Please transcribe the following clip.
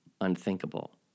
unthinkable